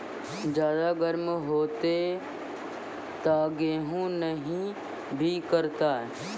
ज्यादा गर्म होते ता गेहूँ हनी भी करता है?